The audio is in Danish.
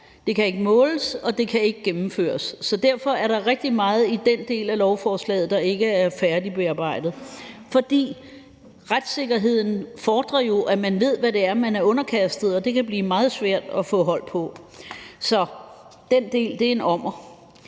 det kan ikke måles, og det kan ikke gennemføres. Så derfor er der rigtig meget i den del af lovforslaget, der ikke er færdigbearbejdet. For retssikkerheden fordrer jo, at man ved, hvad det er, man er underkastet, og det kan blive meget svært at få hold på. Så den del er en ommer.